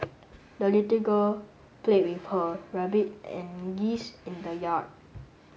the little girl played with her rabbit and geese in the yard